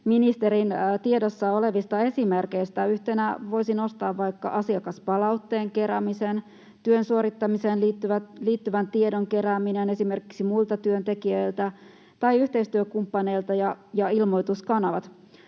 ministerin tiedossa olevia esimerkkejä. Yhtenä voisi nostaa vaikka asiakaspalautteen keräämisen ja työn suorittamiseen liittyvän tiedon keräämisen esimerkiksi muilta työntekijöiltä tai yhteistyökumppaneilta ja ilmoituskanavat.